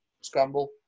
scramble